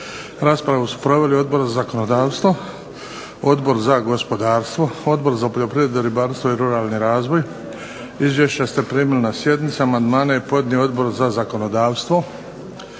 Raspravu su proveli Odbor za zakonodavstvo, Odbor za gospodarstvo, Odbor za poljoprivredu, ribarstvo i ruralni razvoj. Izvješća ste primili na sjednicama. Amandmane je podnio Odbor za zakonodavstvo.